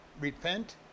Repent